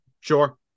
Sure